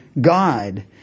God